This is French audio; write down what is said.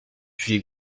puis